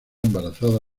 embarazada